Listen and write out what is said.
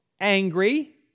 angry